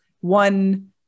one